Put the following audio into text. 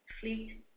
fleet